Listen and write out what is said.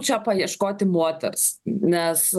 čia paieškoti moters nes